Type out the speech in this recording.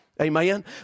Amen